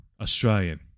Australian